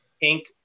Pink